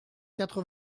quatre